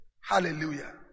Hallelujah